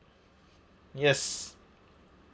yes